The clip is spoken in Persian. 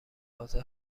حاضر